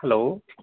hello